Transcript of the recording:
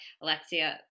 Alexia